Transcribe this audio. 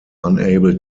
unable